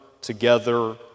together